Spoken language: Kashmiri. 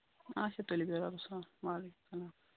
آچھا تُلِو بِہِو رۄبَس وعلیکُم السلام